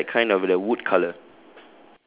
ya it's like kind of the wood colour